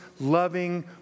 loving